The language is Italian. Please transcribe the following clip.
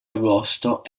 agosto